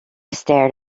stared